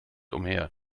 umher